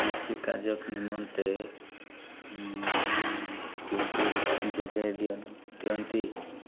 କୃଷିିକାର୍ଯ୍ୟ ନିମନ୍ତେ ବିଦ୍ୟୁତ ଯୋଗାଇ ଦିଅ ଦିଅନ୍ତି